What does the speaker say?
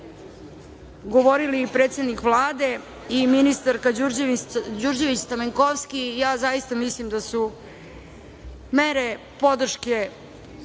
govorili i predsednik Vlade i ministarka Đurđević Stamenkovski. Ja zaista mislim da su mere podrške